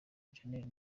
janelle